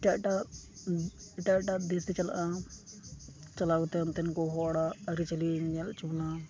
ᱮᱴᱟᱜ ᱮᱴᱟᱜ ᱮᱴᱟᱜ ᱮᱴᱟᱜ ᱫᱮᱥᱮ ᱪᱟᱞᱟᱜᱼᱟ ᱪᱟᱞᱟᱣ ᱠᱟᱛᱮᱫ ᱚᱱᱛᱮᱠᱚ ᱦᱚᱲᱟᱜ ᱟᱹᱨᱤ ᱪᱟᱹᱞᱤᱭ ᱧᱮᱚᱪᱚ ᱵᱚᱱᱟ